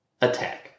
attack